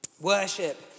Worship